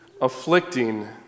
afflicting